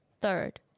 Third